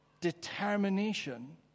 determination